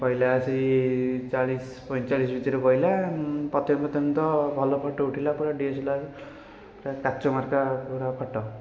ପଡ଼ିଲା ହେଉଛି ଚାଳିଶ ପଇଁଚାଳିଶ ଭିତରେ ପଡ଼ିଲା ପ୍ରଥମେ ପ୍ରଥମେ ତ ଭଲ ଫୋଟୋ ଉଠିଲା ପୂରା ଡି ଏସ୍ ଏଲ୍ ଆର୍ ପୂରା କାଚ ମାର୍କା ପୁରା ଫୋଟୋ